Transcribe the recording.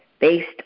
based